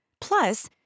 Plus